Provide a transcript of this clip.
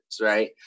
right